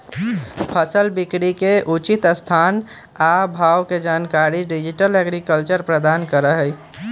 फसल बिकरी के उचित स्थान आ भाव के जरूरी जानकारी डिजिटल एग्रीकल्चर प्रदान करहइ